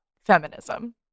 feminism